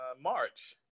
March